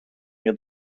nie